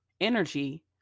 energy